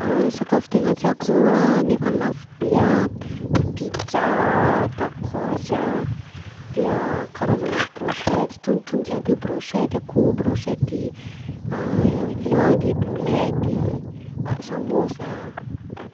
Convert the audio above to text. Ah sakafo tena tiàko zao nefa lafo be a pizza a, tacos, dia karazana brochetty tonotono jiaby io brochetty akoho, brochetty viande, boulette, samosa.